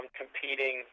competing